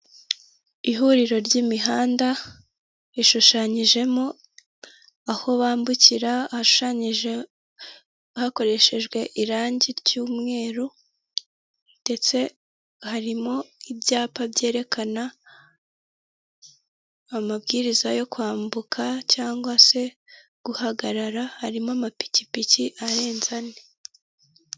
Ihuriro ry'imihanda riishushanyijemo aho bambukira hashushanyije hakoreshejwe irangi ry'umweru ndetse harimo ibyapa byerekana amabwiriza yo kwambuka cyangwa se guhagarara harimo amapikipiki arenze ane.